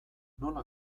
nola